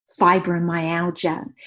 fibromyalgia